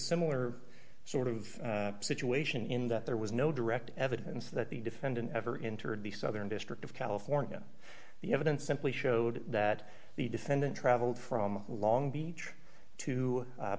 similar sort of situation in that there was no direct evidence that the defendant ever into the southern district of california the evidence simply showed that the defendant traveled from long beach to